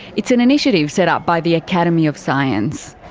it's an initiative set up by the academy of science.